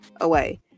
away